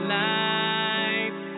life